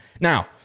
Now